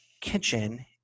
kitchen